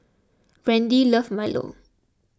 Brandie loves Milo